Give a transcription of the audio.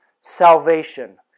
salvation